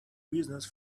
business